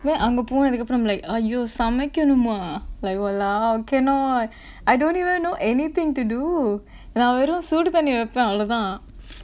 where அங்க போனதுக்கு அப்பறம்:anga ponathukku apparam like அய்யோ சமைக்கனுமா:ayyo samaikkanumaa like !walao! cannot I don't even know anything to do நா வெரும் சுடு தண்ணி வெப்பன் அவ்ளோதா:naa verum sudu thanni veppan avlothaa